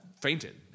fainted